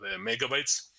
megabytes